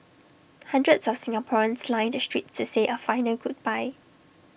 hundreds of Singaporeans lined the streets to say A final goodbye